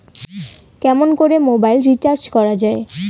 কেমন করে mobile recharge করা য়ায়?